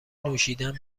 نوشیدن